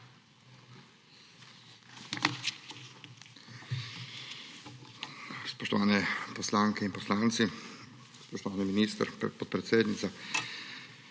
Spoštovane poslanke in poslanci, spoštovani minister, podpredsednica!